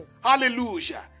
Hallelujah